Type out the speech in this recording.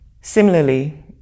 Similarly